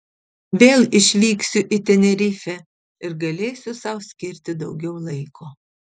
vėl išvyksiu į tenerifę ir galėsiu sau skirti daugiau laiko